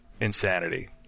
insanity